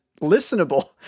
listenable